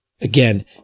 again